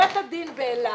בית הדין באילת